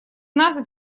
нас